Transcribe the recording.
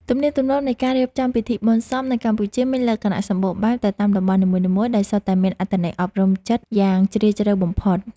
ទំនៀមទម្លាប់នៃការរៀបចំពិធីបុណ្យសពនៅកម្ពុជាមានលក្ខណៈសម្បូរបែបទៅតាមតំបន់នីមួយៗដែលសុទ្ធតែមានអត្ថន័យអប់រំចិត្តយ៉ាងជ្រាលជ្រៅបំផុត។